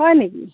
হয় নেকি